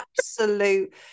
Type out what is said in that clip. absolute